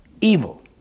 evil